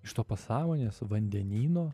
iš to pasąmonės vandenyno